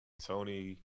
Tony